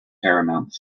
paramount